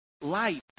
light